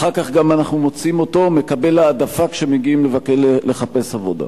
אחר כך אנחנו גם מוצאים אותו מקבל העדפה כשמגיעים לחפש עבודה.